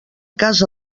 casa